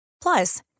Plus